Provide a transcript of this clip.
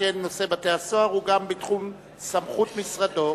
שכן נושא בתי-הסוהר גם הוא בתחום סמכות משרדו.